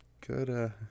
Good